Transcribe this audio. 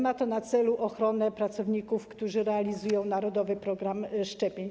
Ma to na celu ochronę pracowników, którzy realizują Narodowy Program Szczepień.